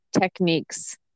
techniques